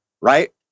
right